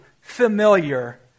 familiar